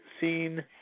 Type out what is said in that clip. seen